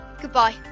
goodbye